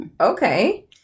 okay